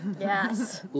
Yes